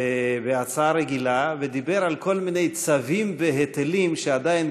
והשר גילה ודיבר על כל מיני צווים והיטלים שעדיין